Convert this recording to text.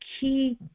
key